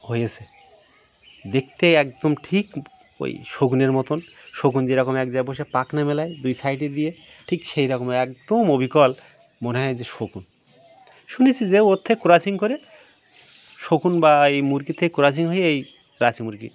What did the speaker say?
হয়েছে দেখতে একদম ঠিক ওই শকুনের মতন শকুন যেরকম এক জায়গায় বসে পাখনা মেলে দুই সাইডে দিয়ে ঠিক সেই রকম একদম অবিকল মনে হয় যে শকুন শুনেছি যে ওর থেকে ক্রসিং করে শকুন বা এই মুরগি থেকে ক্রসিং হয়ে এই রাঁচি মুরগি